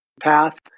path